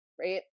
right